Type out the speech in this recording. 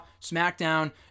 SmackDown